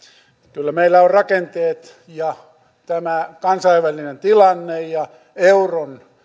kyllä meillä ovat rakenteet tämä kansainvälinen tilanne euron